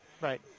Right